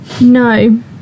No